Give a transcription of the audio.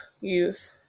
youth